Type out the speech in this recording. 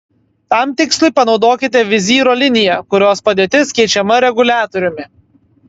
tam tikslui panaudokite vizyro liniją kurios padėtis keičiama reguliatoriumi